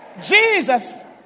Jesus